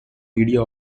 media